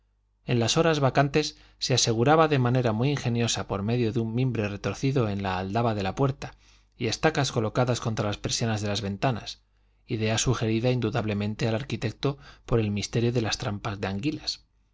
en las horas vacantes se aseguraba de manera muy ingeniosa por medio de un mimbre retorcido en la aldaba de la puerta y estacas colocadas contra las persianas de las ventanas idea sugerida indudablemente al arquitecto por el misterio de las trampas de